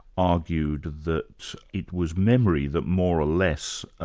argued that it was memory that more or less